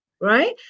right